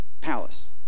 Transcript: palace